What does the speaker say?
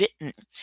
written